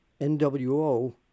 NWO